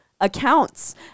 accounts